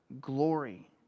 glory